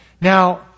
Now